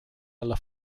alla